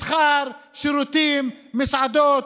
מסחר, שירותים ומסעדות,